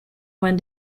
when